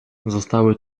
zostały